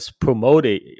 promoted